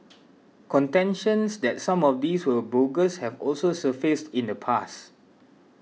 contentions that some of these were bogus have also surfaced in the past